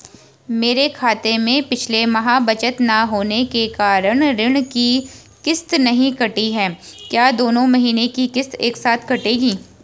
मेरे खाते में पिछले माह बचत न होने के कारण ऋण की किश्त नहीं कटी है क्या दोनों महीने की किश्त एक साथ कटेगी?